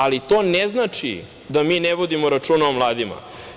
Ali, to ne znači da mi ne vodimo računa o mladima.